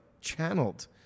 channeled